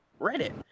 Reddit